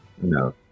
No